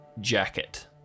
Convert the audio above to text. jacket